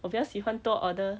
我比较喜欢多 order